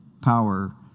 power